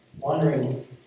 wondering